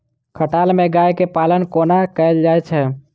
खटाल मे गाय केँ पालन कोना कैल जाय छै?